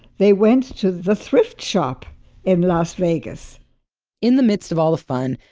they went to the thrift shop in las vegas in the midst of all the fun,